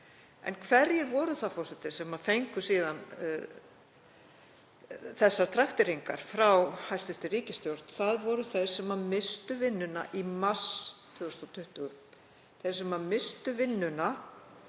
En hverjir voru það, forseti, sem fengu síðan þessar trakteringar frá hæstv. ríkisstjórn? Það voru þeir sem misstu vinnuna í mars 2020,